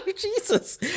jesus